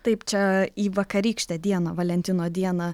taip čia į vakarykštę dieną valentino dieną